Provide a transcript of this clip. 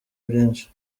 byinshi